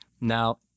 now